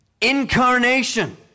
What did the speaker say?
Incarnation